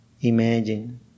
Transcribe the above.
Imagine